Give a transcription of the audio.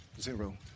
zero